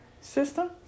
system